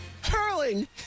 Hurling